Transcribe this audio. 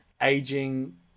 aging